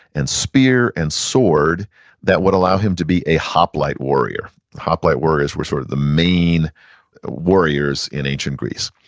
and spear, and sword that would allow him to be a hoplite warrior. hoplite warriors were sort of the main warriors in ancient greece.